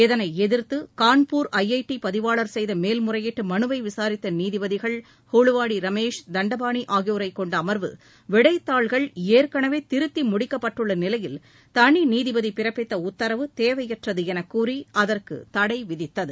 இதனை எதிர்த்து Kanpur I I T பதிவாளர் செய்த மேல்முறையீட்டு மனுவை விசாரித்த நீதிபதிகள் ஹூலுவாடி ரமேஷ் தண்டபாணி ஆகியோரைக் கொண்ட அம்வு விடைத்தாள்கள் ஏற்கனவே திருத்தி முடிக்கப்பட்டுள்ள நிலையில் தனி நீதிப்தி பிறப்பித்த உத்தரவு தேவையற்றது என கூறி அதற்கு தடை விதித்தனர்